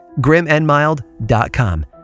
Grimandmild.com